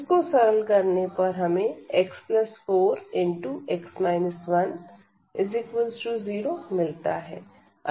जिस को सरल करने पर हमें x4x 10 मिलता है